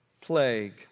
plague